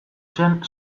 zen